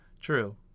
true